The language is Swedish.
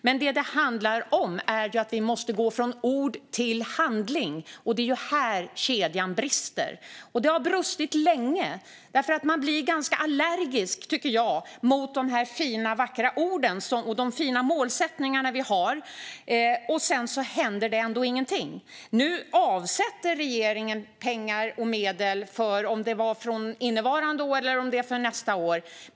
Men det handlar om att vi måste gå från ord till handling. Det är där kedjan brister. Och det har brustit under lång tid. Jag blir ganska allergisk mot de fina, vackra orden och målsättningarna och att det ändå inte händer någonting. Nu avsätter regeringen pengar och medel, för innevarande år eller om det är för nästa år.